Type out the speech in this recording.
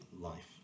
life